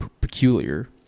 peculiar